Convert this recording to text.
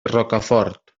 rocafort